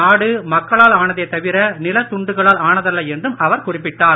நாடு மக்களால் ஆனதே தவிர நிலத் துண்டுகளால் ஆனதல்ல என்றும் அவர் குறிப்பிட்டார்